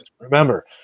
remember